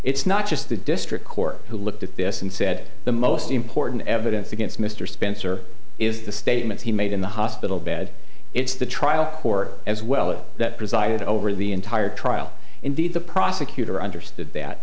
it's not just the district court who looked at this and said the most important evidence against mr spencer is the statements he made in the hospital bed it's the trial court as well that presided over the entire trial indeed the prosecutor understood that